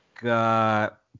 got